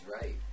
right